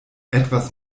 etwas